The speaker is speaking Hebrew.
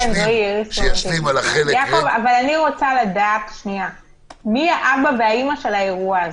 אבל אני רוצה לדעת, מי האבא והאימא של האירוע.